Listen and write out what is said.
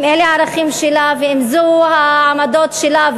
אם אלה הערכים שלה ואם אלה העמדות שלה,